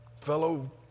fellow